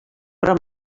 però